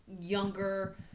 younger